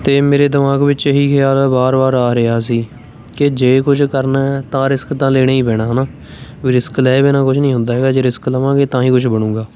ਅਤੇ ਮੇਰੇ ਦਿਮਾਗ ਵਿੱਚ ਇਹੀ ਖਿਆਲ ਵਾਰ ਵਾਰ ਆ ਰਿਹਾ ਸੀ ਕਿ ਜੇ ਕੁਝ ਕਰਨਾ ਹੈ ਤਾਂ ਰਿਸਕ ਤਾਂ ਲੈਣਾ ਹੀ ਪੈਣਾ ਹੈ ਨਾ ਰਿਸਕ ਲਏ ਬਿਨਾਂ ਕੁਝ ਨਹੀਂ ਹੁੰਦਾ ਹੈਗਾ ਜੇ ਰਿਸਕ ਲਵਾਂਗੇ ਤਾਂ ਹੀ ਕੁਝ ਬਣੇਗਾ